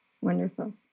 Wonderful